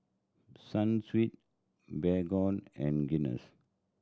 Sunsweet Baygon and Guinness